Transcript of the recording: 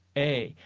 a,